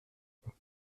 pas